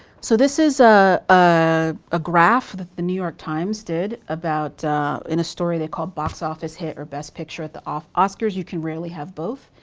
so this is ah ah a graph that the new york times did about in a story they called box office hit or best picture at the oscars? you can rarely have both.